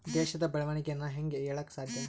ದೇಶದ ಬೆಳೆವಣಿಗೆನ ಹೇಂಗೆ ಹೇಳಕ ಸಾಧ್ಯ?